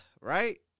right